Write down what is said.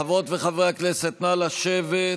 חברות וחברי הכנסת, נא לשבת.